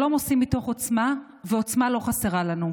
שלום עושים מתוך עוצמה, ועוצמה לא חסרה לנו.